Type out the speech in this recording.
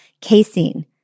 casein